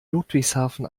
ludwigshafen